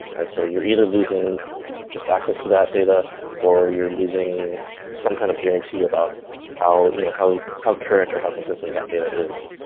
and so you're either losing just access to that data or you're losing some kind of guarantee about how you know how current or how consistent that data is.